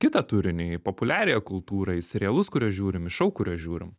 kitą turinį į populiariąją kultūrą į serialus kuriuos žiūrim į šou kuriuos žiūrim